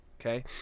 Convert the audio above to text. okay